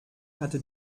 hatte